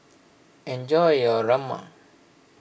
enjoy your Rajma